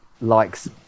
likes